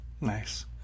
Nice